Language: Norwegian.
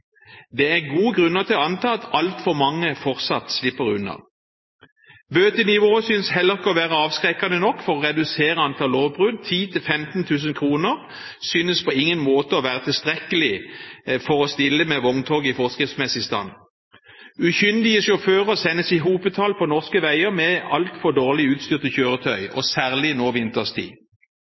Det er gode grunner til å anta at altfor mange fortsatt slipper unna. Bøtenivået synes heller ikke å være avskrekkende nok for å redusere antall lovbrudd; 10 000–15 000 kr synes på ingen måte å være tilstrekkelig for å stille med vogntog i forskriftsmessig stand. Ukyndige sjåfører sendes i hopetall ut på norske veier med altfor dårlig utstyrte kjøretøy, og særlig nå vinterstid.